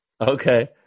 Okay